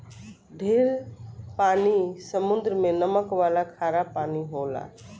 ढेर पानी समुद्र मे नमक वाला खारा पानी होला